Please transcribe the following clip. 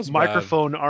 microphone